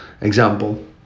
example